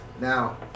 now